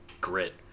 grit